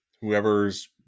whoever's